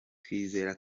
twizera